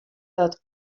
dat